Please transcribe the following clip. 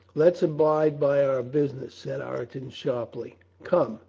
let's abide by our business, said ireton sharply. come,